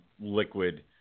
liquid